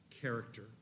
character